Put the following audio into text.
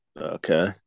Okay